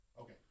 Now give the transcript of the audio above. Okay